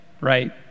right